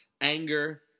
anger